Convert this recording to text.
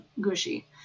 gushy